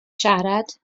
siarad